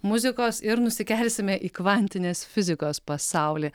muzikos ir nusikelsime į kvantinės fizikos pasaulį